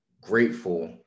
grateful